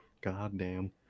Goddamn